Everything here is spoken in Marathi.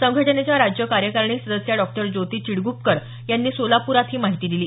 संघटनेच्या राज्य कार्यकारिणी सदस्या डॉ ज्योती चिडगुपकर यांनी सोलापुरात ही माहिती दिली